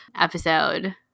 episode